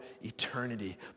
eternity